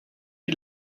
die